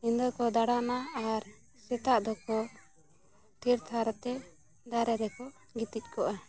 ᱧᱤᱫᱟᱹ ᱠᱚ ᱫᱟᱬᱟᱱᱟ ᱟᱨ ᱥᱮᱛᱟᱜ ᱫᱚᱠᱚ ᱛᱷᱤᱨ ᱛᱷᱟᱨ ᱟᱛᱮ ᱫᱟᱨᱮ ᱨᱮᱠᱚ ᱜᱤᱛᱤᱡ ᱠᱚᱜᱼᱟ